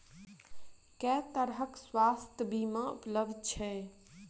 केँ तरहक स्वास्थ्य बीमा उपलब्ध छैक?